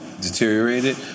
deteriorated